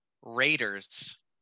Raiders